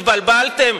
התבלבלתם?